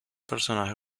personaje